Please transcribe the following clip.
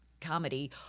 comedy